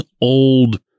old